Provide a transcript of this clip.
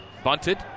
Bunted